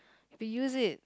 if you use it